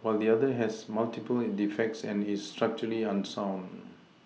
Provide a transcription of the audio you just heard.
while the other has multiple defects and is structurally unsound